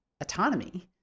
autonomy